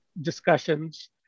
discussions